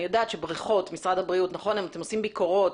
אני יודעת שמשרד הבריאות עושה ביקורות